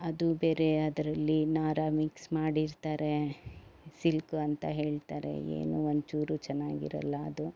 ಅದು ಬೇರೆ ಅದರಲ್ಲಿ ನಾರಾ ಮಿಕ್ಸ್ ಮಾಡಿರ್ತಾರೆ ಸಿಲ್ಕು ಅಂತ ಹೇಳ್ತಾರೆ ಏನು ಒಂದ್ಚೂರು ಚೆನ್ನಾಗಿರೋಲ್ಲ ಅದು